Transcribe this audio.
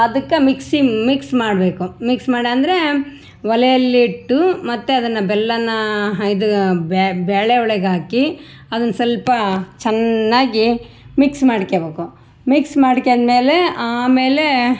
ಅದಕ್ಕೆ mixie mix ಮಾಡಬೇಕು mix ಮಾಡು ಅಂದರೆ ಒಲೆಯಲ್ಲಿಟ್ಟು ಮತ್ತು ಅದನ್ನು ಬೆಲ್ಲವನ್ನಾ ಇದು ಬೇಳೆ ಒಳಗೆ ಹಾಕಿ ಅದನ್ನು ಸ್ವಲ್ಪ ಚೆನ್ನಾಗಿ ಮಿಕ್ಸ್ ಮಾಡ್ಕೋಬೇಕು ಮಿಕ್ಸ್ ಮಾಡ್ಕೊಂಡ್ಮೇಲೆ ಆಮೇಲೇ